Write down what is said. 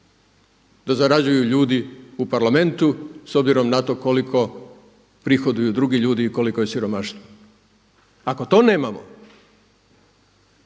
da zarađuju ljudi u Parlamentu s obzirom na to koliko prihoduju drugi ljudi i koliko je siromaštvo. Ako to nemamo